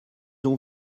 ont